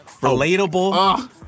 relatable